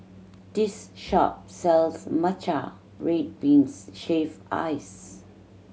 this shop sells matcha red beans shaved ice